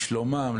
לשלומם,